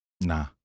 Nah